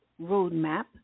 roadmap